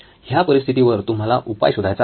ह्या परिस्थितीवर तुम्हाला उपाय शोधायचा आहे